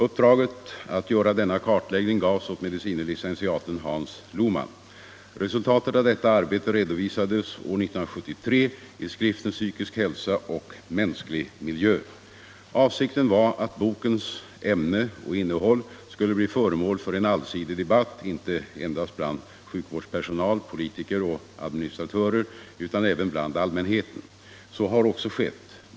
Uppdraget att göra denna kartläggning gavs åt medicine licentiaten Hans Lohmann. Resultatet av detta arbete redovisades år 1973 i skriften Psykisk hälsa och mänsklig miljö. Avsikten var att bokens ämne och innehåll skulle bli föremål för en allsidig debatt inte endast bland sjukvårdspersonal, politiker och administratörer utan även bland allmänheten. Så har också skett.